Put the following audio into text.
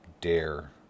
dare